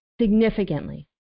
significantly